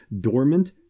dormant